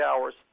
hours